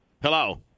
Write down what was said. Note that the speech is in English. Hello